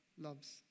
loves